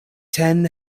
ten